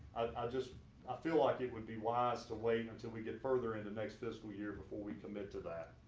i just feel like it would be wise to wait until we get further into next fiscal year before we commit to that.